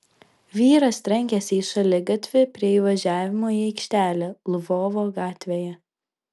vyras trenkėsi į šaligatvį prie įvažiavimo į aikštelę lvovo gatvėje